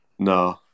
No